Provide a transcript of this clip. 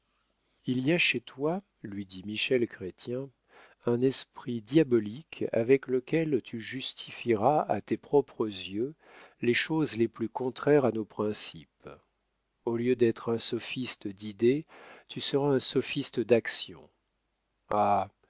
il y a chez toi lui dit michel chrestien un esprit diabolique avec lequel tu justifieras à tes propres yeux les choses les plus contraires à nos principes au lieu d'être un sophiste d'idées tu seras un sophiste d'action